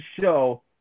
show